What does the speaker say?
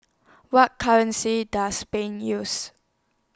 What currency Does Spain use